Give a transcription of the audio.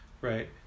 right